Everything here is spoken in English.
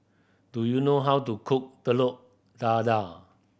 do you know how to cook Telur Dadah